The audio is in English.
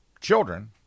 children